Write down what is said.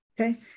Okay